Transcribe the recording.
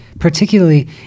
particularly